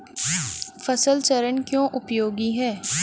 फसल चरण क्यों उपयोगी है?